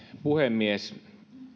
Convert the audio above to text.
puhemies